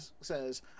says